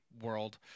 world